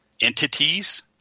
entities